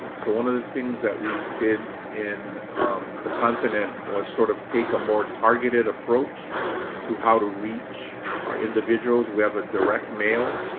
so one of the things that we did in the continent was to sort of take a more targeted approach to how to reach our individuals. we have a direct mail